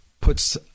puts